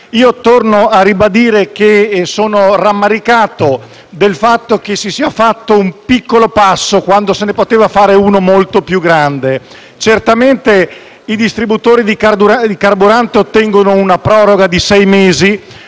Io torno a ribadire che sono rammaricato del fatto che si sia fatto un piccolo passo quando se ne poteva fare uno molto più grande. Certamente, i distributori di carburante ottengono una proroga di sei mesi,